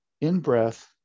in-breath